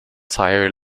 tire